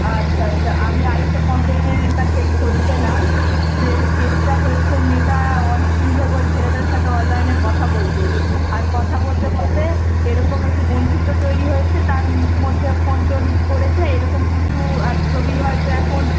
আচ্ছা আচ্ছা আমি আরেকটা কমপ্লেনের কাছে খোঁজ পেলাম যে কেসটা হয়েছে মেয়েটা অনেক দিন ধরে ওই ছেলেটার সাথে অনলাইনে কথা বলতো আর কথা বলতে বলতে এরকম একটু বন্ধুত্ব তৈরি হয়েছে তার মধ্যে ফোন টোন করেছে এরকম কিছু আর ছবি হয়তো এখন